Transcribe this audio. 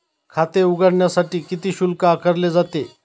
खाते उघडण्यासाठी किती शुल्क आकारले जाते?